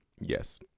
Yes